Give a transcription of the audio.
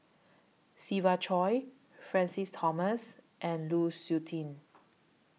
Siva Choy Francis Thomas and Lu Suitin